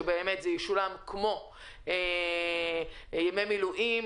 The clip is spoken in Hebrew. שזה ישולם כמו ימי מילואים.